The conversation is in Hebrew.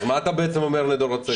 אז מה אתה אומר לדור הצעיר?